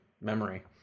memory